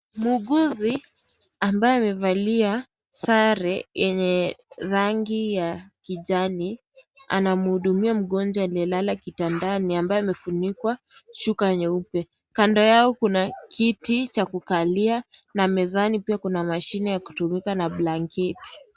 Muuguzi ambaye amevalia sare yenye rangi ya kijani anamhudumia mgonjwa aliyelala kitandani ambaye ameufunikwa na shuka nyeupe. Kando yake kuna kiti cha kukalia na mezane pia kuna mashine ya kutumika na blanketi.